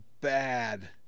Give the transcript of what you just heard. bad